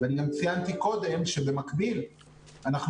אני גם ציינתי קודם שבמקביל אנחנו